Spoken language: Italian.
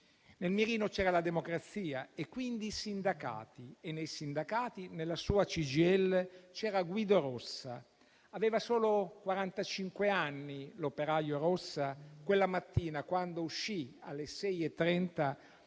Nel mirino c'era la democrazia e quindi i sindacati e nei sindacati, nella sua CGIL, c'era Guido Rossa. Aveva solo quarantacinque anni, l'operaio Rossa, quella mattina, quando alle ore 6,30